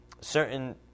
Certain